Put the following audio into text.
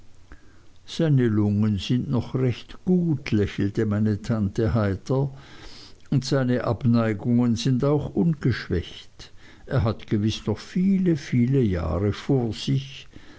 lungen sind noch recht gut lächelte meine tante heiter und seine abneigungen sind auch ungeschwächt er hat gewiß noch viele viele jahre vor sich